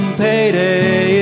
payday